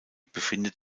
befindet